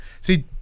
See